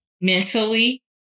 mentally